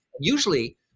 Usually